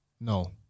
No